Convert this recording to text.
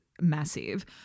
massive